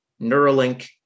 Neuralink